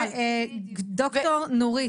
דקה, דוקטור נורית.